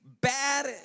Bad